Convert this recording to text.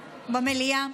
במליאה,